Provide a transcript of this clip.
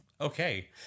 Okay